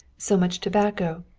so much tobacco,